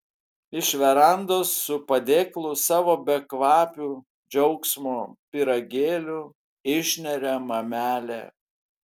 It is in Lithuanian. iš verandos su padėklu savo bekvapių džiaugsmo pyragėlių išneria mamelė